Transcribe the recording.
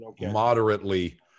moderately